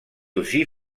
aussi